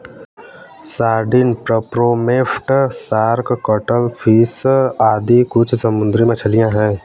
sardine, pomfret, shark, cuttlefish आदि कुछ समुद्री मछलियाँ हैं